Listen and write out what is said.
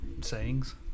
sayings